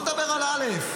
על עבריינים.